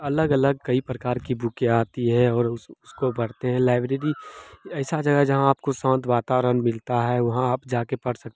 अलग अलग कई प्रकार की बुकें आती हैं और उस उसको पढ़ते हैं लाइब्रेरी ऐसी जगह है जहाँ आपको शान्त वातावरण मिलता है वहाँ आप जा के पढ़ सक